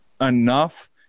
enough